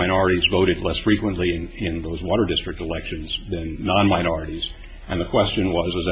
minorities voted less frequently in those water district elections not on minorities and the question was